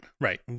right